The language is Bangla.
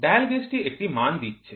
ডায়াল গেজটি একটি মান দিচ্ছে